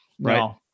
Right